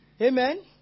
Amen